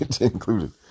included